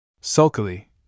Sulkily